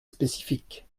spécifique